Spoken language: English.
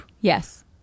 Yes